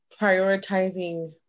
prioritizing